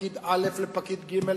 פקיד א' לפקיד ג',